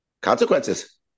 Consequences